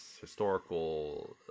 historical